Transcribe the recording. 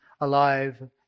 alive